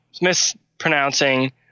mispronouncing